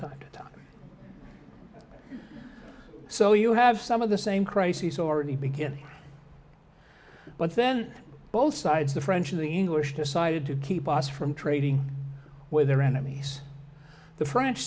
time to time so you have some of the same crises already beginning but then both sides the french and the english decided to keep us from trading with their enemies the french